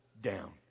down